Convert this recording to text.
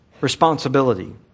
responsibility